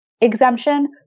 exemption